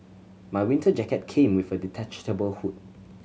my winter jacket came with a detachable hood